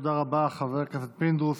תודה רבה, חבר הכנסת פינדרוס.